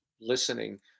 listening